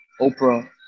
Oprah